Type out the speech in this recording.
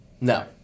No